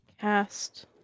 cast